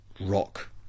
rock